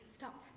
stop